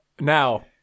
Now